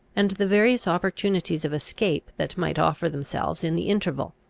and the various opportunities of escape that might offer themselves in the interval.